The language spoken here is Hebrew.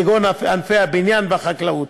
כגון ענפי הבניין והחקלאות.